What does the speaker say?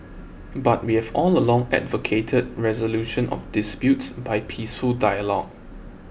but we've all along advocated resolution of disputes by peaceful dialogue